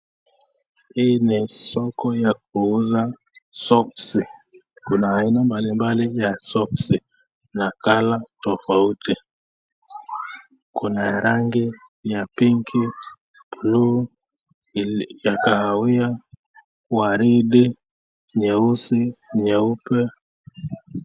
Hii ni soko ya kuuza soksi. Kuna aina mbali mbali ya soksi na [color] tofauti. Kuna ya rangi ya pinki, bluu, ya kahawia, waridi, nyeusi, nyeupe.